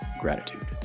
Gratitude